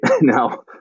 now